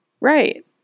right